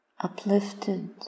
uplifted